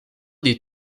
des